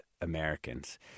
Americans